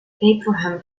abraham